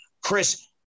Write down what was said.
Chris